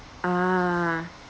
ah